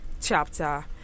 chapter